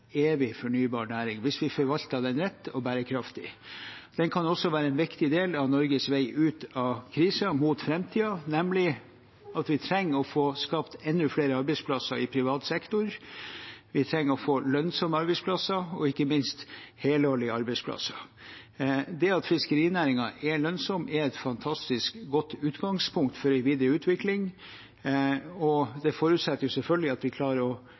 evig fornybar næring – hvis vi forvalter den rett og bærekraftig. Den kan også være en viktig del av Norges vei ut av krisen, mot framtiden, nemlig at vi trenger å få skapt enda flere arbeidsplasser i privat sektor, og vi trenger å få lønnsomme arbeidsplasser og ikke minst helårige arbeidsplasser. Det at fiskerinæringen er lønnsom, er et fantastisk godt utgangspunkt for en videre utvikling. Det forutsetter selvfølgelig at vi klarer å